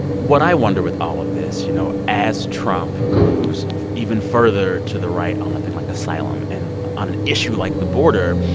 what i wonder with all of this, you know, as trump moves even further to the right on um a thing like asylum and on an issue like the border,